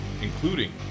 including